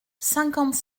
cinquante